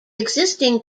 existing